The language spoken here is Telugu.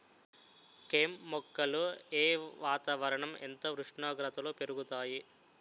కెమ్ మొక్కలు ఏ వాతావరణం ఎంత ఉష్ణోగ్రతలో పెరుగుతాయి?